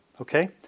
Okay